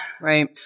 Right